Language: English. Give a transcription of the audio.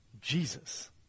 Jesus